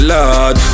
Lord